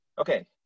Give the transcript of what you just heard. okay